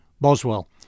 Boswell